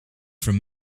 from